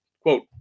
Quote